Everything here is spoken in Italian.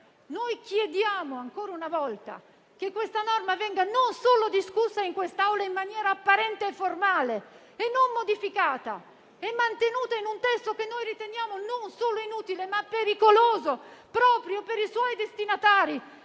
chiediamo ancora una volta che la norma venga discussa in quest'Aula e non solo in maniera apparente, formale e senza modifiche, mantenuta in un testo che noi riteniamo non solo inutile, ma pericoloso proprio per i suoi destinatari,